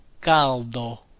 Caldo